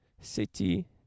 City